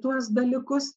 tuos dalykus